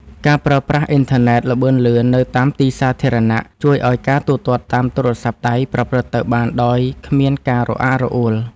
ការប្រើប្រាស់អ៊ីនធឺណិតល្បឿនលឿននៅតាមទីសាធារណៈជួយឱ្យការទូទាត់តាមទូរស័ព្ទដៃប្រព្រឹត្តទៅបានដោយគ្មានការរអាក់រអួល។